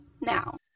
now